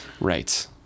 Right